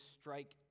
strike